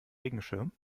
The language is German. regenschirm